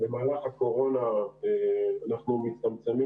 במהלך הקורונה אנחנו מצטמצמים,